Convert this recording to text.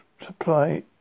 supply